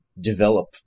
develop